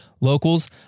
Locals